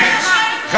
נא לסיים, אדוני.